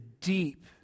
deep